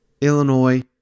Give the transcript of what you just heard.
Illinois